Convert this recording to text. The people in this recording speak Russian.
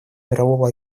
мирового